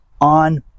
on